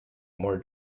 more